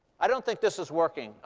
i don't think this is working.